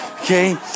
Okay